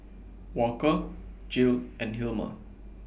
Walker Jill and Hilmer